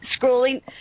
scrolling